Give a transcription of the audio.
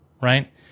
right